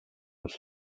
has